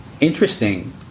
interesting